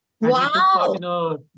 Wow